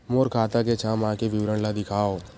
मोर खाता के छः माह के विवरण ल दिखाव?